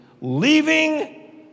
leaving